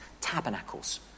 tabernacles